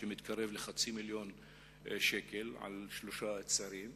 שמתקרב לחצי מיליון שקל על שלושה צווים,